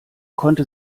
konnte